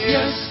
Yes